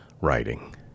writing